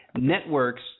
Networks